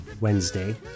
Wednesday